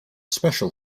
special